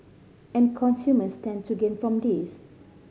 and consumers stand to gain from this